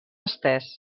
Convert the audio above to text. estès